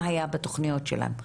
מה היה בתוכניות שלהם?